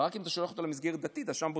רק אם אתה שולח אותו למסגרת דתית, אז שם בודקים.